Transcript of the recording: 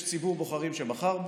יש ציבור בוחרים שבחר בו,